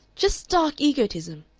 just stark egotism,